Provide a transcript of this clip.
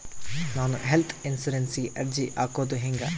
ನಾನು ಹೆಲ್ತ್ ಇನ್ಸುರೆನ್ಸಿಗೆ ಅರ್ಜಿ ಹಾಕದು ಹೆಂಗ?